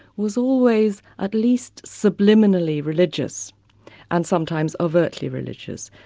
was always at least subliminally religious and sometimes overtly religious.